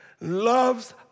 loves